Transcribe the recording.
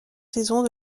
saisons